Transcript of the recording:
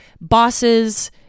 bosses